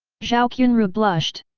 zhao qianru blushed.